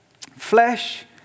Flesh